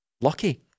lucky